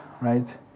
right